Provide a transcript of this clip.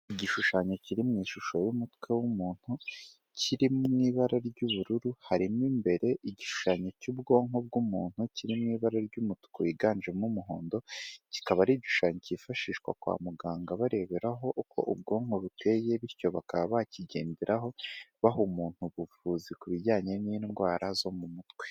Igishushanyo kiri mu ishusho y'umutwe w'umuntu, kiri mu ibara ry'ubururu, harimo imbere igishushanyo cy'ubwonko bw'umuntu, kiri mu ibara ry'umutuku yiganjemo umuhondo, kikaba ari igishushanyo cyifashishwa kwa muganga, bareberaho uko ubwonko buteye bityo bakaba bakigenderaho, baha umuntu ubuvuzi ku bijyanye n'indwara zo mu mutwe.